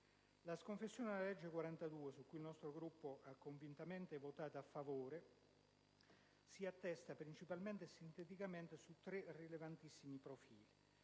La sconfessione della legge n. 42 - su cui il nostro Gruppo ha in maniera convinta votato a favore - si attesta principalmente e sinteticamente su 3 rilevantissimi profili.